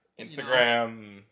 instagram